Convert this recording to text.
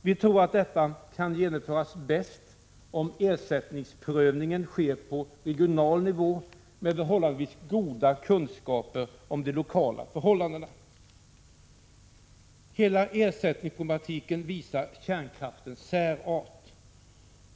Vi tror att detta kan genomföras bäst om ersättningsprövningen sker på regional nivå med relativt goda kunskaper om de lokala förhållandena. Hela ersättningsproblematiken visar kärnkraftens särart.